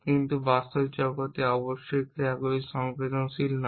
কিন্তু বাস্তব জগতে অবশ্যই ক্রিয়াগুলি সংবেদনশীল নয়